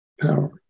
power